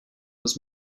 was